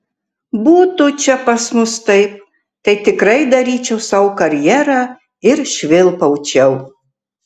būtų čia pas mus taip tai tikrai daryčiau sau karjerą ir švilpaučiau